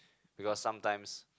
because sometimes